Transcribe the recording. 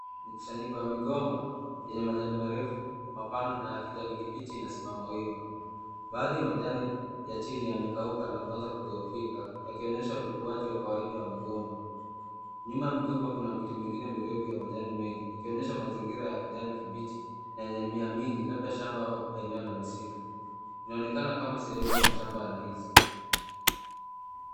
Mkusanyiko wa migomba yenye majani marefu ya kijani kibichi yanasimama wima. Baadhi ya majani ya chini yamekauka na kuonekana kudhohofika yakionyesha ukuaji wa kawaida wa migomba. Nyuma ya migimba kuna mingi mingine ya majani mengi yakionyesha mazingiza ya kijani kibichi na yenye mimeea mingi labda shamba ama eneo na misitu. Inaonekana kama sehemu ya shamba ya ndizi.